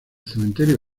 cementerio